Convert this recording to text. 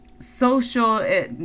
social